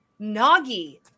Nagi